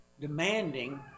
demanding